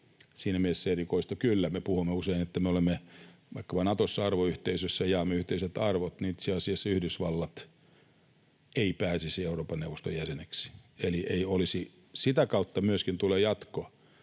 Siinä mielessä, erikoista kyllä, me puhumme usein, että me olemme vaikkapa Natossa arvoyhteisössä ja jaamme yhteiset arvot, mutta itse asiassa Yhdysvallat ei pääsisi Euroopan neuvoston jäseneksi. Sitä kautta myöskin tulee jatko: